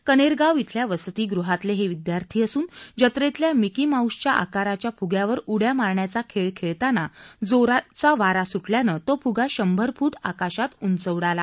कनेरगाव इथल्या वसतिगृहातले हे विद्यार्थी असून जत्रेतल्या मिकी माउसच्या आकाराच्या फुग्यावर उड्या मारण्याचा खेळ खेळताना जोराचा वारा सुटल्यानं तो फुगा शंभर फूट उंच आकाशात उडाला